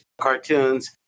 cartoons